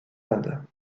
indes